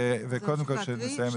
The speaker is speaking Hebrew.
קודם כל, נסיים את ההקראה.